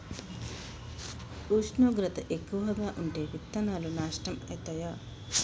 ఉష్ణోగ్రత ఎక్కువగా ఉంటే విత్తనాలు నాశనం ఐతయా?